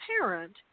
parent